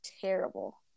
terrible